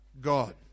God